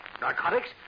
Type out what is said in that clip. Narcotics